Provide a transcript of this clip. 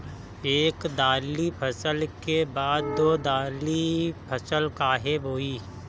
एक दाली फसल के बाद दो डाली फसल काहे बोई?